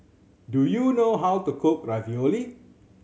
do you know how to cook Ravioli